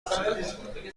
میسازد